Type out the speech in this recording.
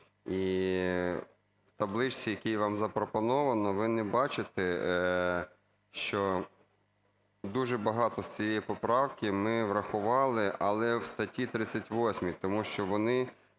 І в табличці, яку вам запропоновано, ви не бачите, що дуже багато з цієї поправки ми врахували, але в статті 38, тому що вони